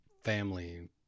family